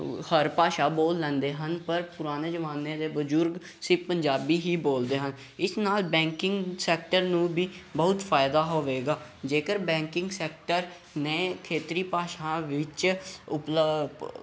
ਹਰ ਭਾਸ਼ਾ ਬੋਲ ਲੈਂਦੇ ਹਨ ਪਰ ਪੁਰਾਣੇ ਜ਼ਮਾਨੇ ਦੇ ਬਜ਼ੁਰਗ ਸਿਰਫ ਪੰਜਾਬੀ ਹੀ ਬੋਲਦੇ ਹਨ ਇਸ ਨਾਲ਼ ਬੈਂਕਿੰਗ ਸੈਕਟਰ ਨੂੰ ਵੀ ਬਹੁਤ ਫਾਇਦਾ ਹੋਵੇਗਾ ਜੇਕਰ ਬੈਂਕਿੰਗ ਸੈਕਟਰ ਨੇ ਖੇਤਰੀ ਭਾਸ਼ਾ ਵਿੱਚ ਉਪਲੱਬ